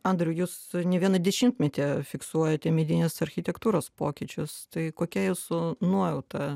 andriau jus ne vieną dešimtmetį fiksuojate medinės architektūros pokyčius tai kokia jūsų nuojauta